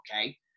okay